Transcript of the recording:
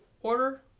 order